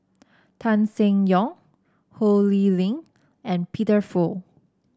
Tan Seng Yong Ho Lee Ling and Peter Fu